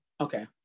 Okay